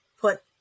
put